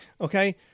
okay